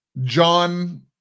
John